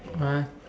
uh